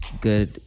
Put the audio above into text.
good